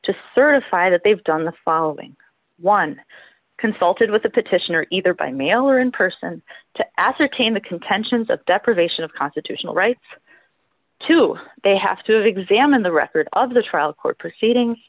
just certify that they've done the following one consulted with the petitioner either by mail or in person to ascertain the contentions of deprivation of constitutional rights two they have to examine the record of the trial court proceeding